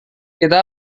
kita